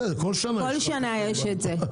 כל שנה יש את זה.